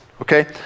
okay